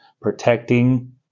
protecting